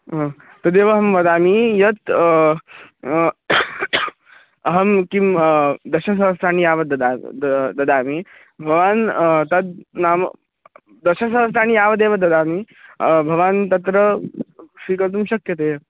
तदेव अहं वदामि तय् अहं किं दशसहस्राणि यावत् ददामि ददामि भवान् तद् नाम् दशसहस्राणि यावदेव ददामि भवान् तत्र स्वीकर्तुं शक्यते